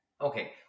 Okay